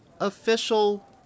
official